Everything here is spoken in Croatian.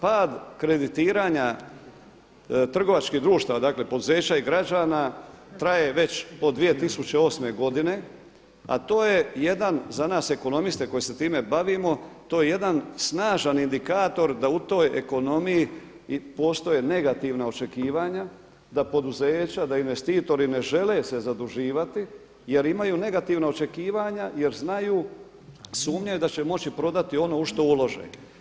Pad kreditiranja trgovačkih društava, dakle poduzeća i građana traje već od 2008. godine, a to je jedan za nas ekonomiste koji se time bavimo to je jedan snažan indikator da u toj ekonomiji postoje negativna očekivanja da poduzeća, da investitori ne žele se zaduživati jer imaju negativna očekivanja, jer znaju, sumnjaju da će moći prodati ono u što ulože.